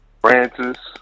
Francis